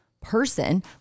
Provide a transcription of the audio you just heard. person